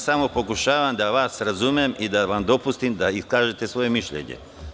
Samo pokušavam da vas razumem i da vam dopustim da iskažete svoje mišljenje.